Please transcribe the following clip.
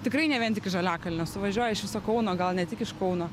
tikrai ne vien tik iš žaliakalnio suvažiuoja iš viso kauno gal ne tik iš kauno